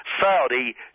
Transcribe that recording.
Saudi